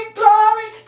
glory